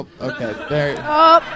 Okay